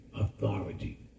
authority